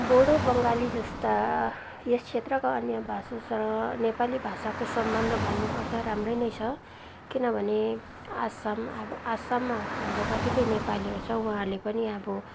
बोडो बङ्गाली जस्ता यस क्षेत्रका अन्य भाषासँग नेपाली भाषको सम्बन्ध भन्नुपर्दा राम्रै नै छ किनभने आसाम अब आसाममा हाम्रो कतिपय नेपालीहरू छ उहाँहरूले पनि अब